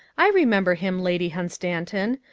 i remember him, lady hunstanton.